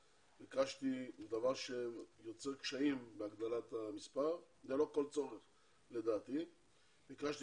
דבר שיוצר קשיים בהגדלת המספר - לדעתי לא כל צורך וביקשתי